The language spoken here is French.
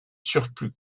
surplus